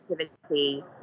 activity